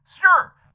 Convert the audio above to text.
Sure